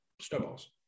snowballs